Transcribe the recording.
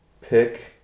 pick